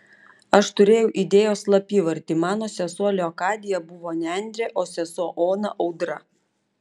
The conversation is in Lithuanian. aš turėjau idėjos slapyvardį mano sesuo leokadija buvo nendrė o sesuo ona audra